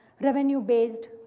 revenue-based